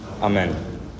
amen